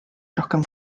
rohkem